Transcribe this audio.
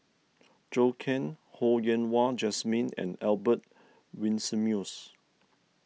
Zhou Can Ho Yen Wah Jesmine and Albert Winsemius